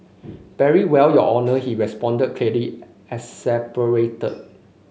very well your honour he responded clearly exasperated